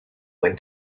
went